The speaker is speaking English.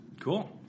Cool